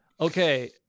okay